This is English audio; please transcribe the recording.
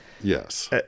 yes